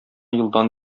елдан